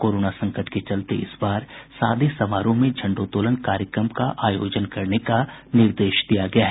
corona संकट के चलते इसबार सादे समारोह में झंडोत्तोलन कार्यक्रम का आयोजन करने का निर्देश दिया गया है